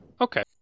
Okay